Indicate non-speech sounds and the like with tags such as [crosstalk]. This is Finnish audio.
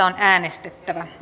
[unintelligible] on äänestettävä